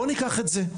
בואו ניקח את זה.